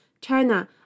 China